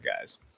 guys